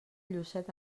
llucet